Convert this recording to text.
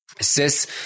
Sis